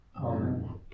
Amen